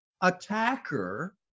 attacker